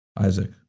Isaac